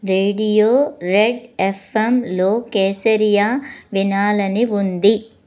radio red ఎఫ్ఎమ్లో కేసరియా వినాలని ఉంది